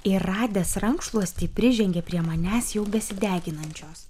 ir radęs rankšluostį prižengė prie manęs jau besideginančios